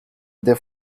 they